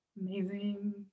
Amazing